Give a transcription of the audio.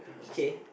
okay